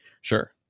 Sure